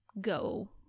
go